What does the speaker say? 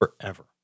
Forever